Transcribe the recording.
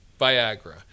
Viagra